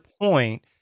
point